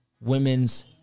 women's